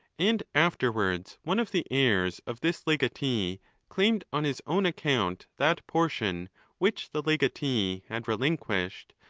and after wards one of the heirs of this legatee claimed on his own account that portion which the legatee had relinquished,